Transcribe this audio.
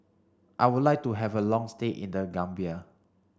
I would like to have a long stay in the Gambia